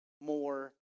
more